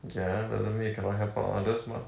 ya doesn't mean you cannot help out others mah